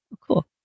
Cool